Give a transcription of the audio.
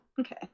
okay